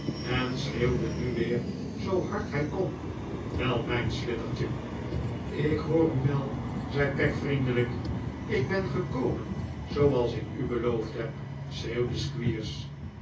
en schreeuwde nu weer zoo hard hij kon wel mijn slidertje ik hoor u wel zei peg vriendelijk ik ben gekomen zooals ik u beloofd heb schreeuwde